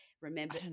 remember